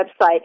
website